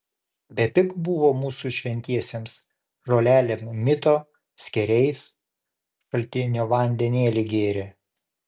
bepig buvo mūsų šventiesiems žolelėm mito skėriais šaltinio vandenėlį gėrė